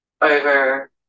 over